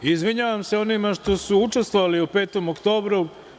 Izvinjavam se onima što su učestvovali u petom oktobru.